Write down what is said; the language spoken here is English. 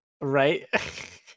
Right